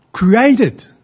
created